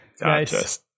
Nice